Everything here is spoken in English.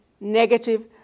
negative